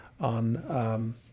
on